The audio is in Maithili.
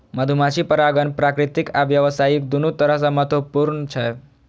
मधुमाछी परागण प्राकृतिक आ व्यावसायिक, दुनू तरह सं महत्वपूर्ण छै